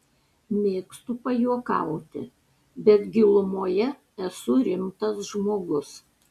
mėgstu pajuokauti bet gilumoje esu rimtas žmogus